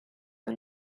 are